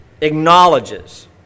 acknowledges